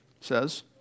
says